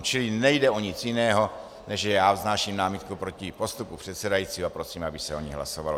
Čili nejde o nic jiného, než že já vznáším námitku proti postupu předsedajícího, a prosím, aby se o ní hlasovalo.